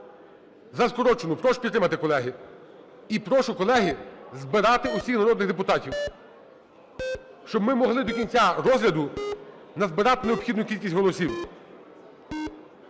За скорочену, прошу підтримати , колеги. І прошу, колеги, збирати усіх народних депутатів, щоб ми могли до кінця розгляду назбирати необхідну кількість голосів.